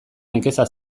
nekeza